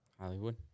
Hollywood